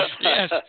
Yes